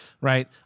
right